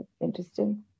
interesting